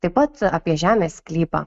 taip pat apie žemės sklypą